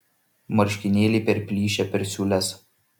marškinėliai perplyšę per siūles